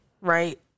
right